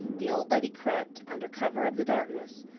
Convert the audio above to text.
the old lady crept, under cover of the darkness,